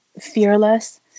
fearless